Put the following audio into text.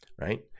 right